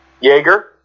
Jaeger